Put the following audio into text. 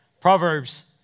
Proverbs